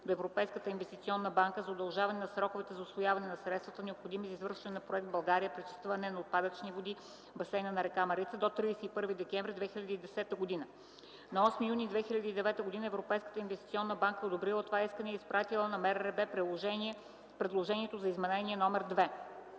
Европейската инвестиционна банка за удължаване на сроковете за усвояване на средствата, необходими за завършването на проект „България – пречистване на отпадъчни води в басейна на река Марица” до 31 декември 2010 г. На 8 юни 2009 г. Европейската инвестиционна банка е одобрило това искане и е изпратило на МРРБ предложението за Изменение № 2.